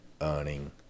earning